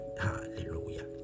hallelujah